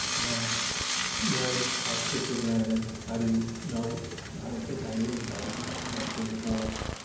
you know marriage, i took for granted. i didn't know i don't think i knew anybody whose parents were divorced.